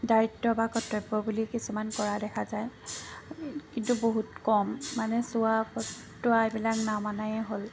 দায়িত্ব বা কৰ্তব্য বুলি কিছুমান কৰা দেখা যায় কিন্তু বহুত কম মানে চোৱা তোৱা এইবিলাক নমনাই হ'ল